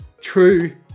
True